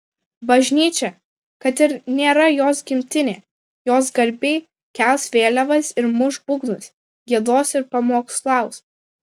bažnyčia kad ir nėra jos gimtinė jos garbei kels vėliavas ir muš būgnus giedos ir pamokslaus